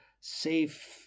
safe